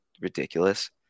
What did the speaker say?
ridiculous